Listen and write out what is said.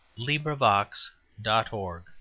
LibriVox.org